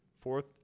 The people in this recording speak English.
Fourth